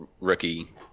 rookie